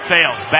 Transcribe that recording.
Fails